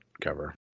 cover